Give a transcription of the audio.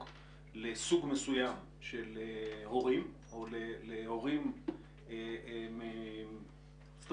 לסוג מסוים של הורים או להורים סטרייטים,